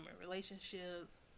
relationships